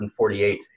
148